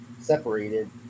separated